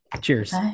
Cheers